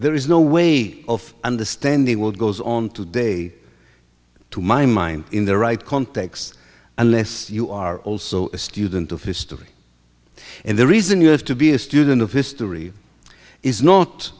there is no way of understanding what goes on today to my mind in the right context unless you are also a student of history and the reason you are to be a student of history is not